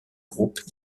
groupe